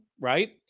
right